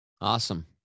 Awesome